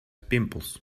pimples